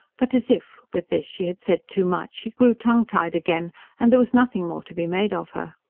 but as if, with this, she had said too much, she grew tongue-tied again and there was nothing more to be made of her.